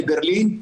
לברלין,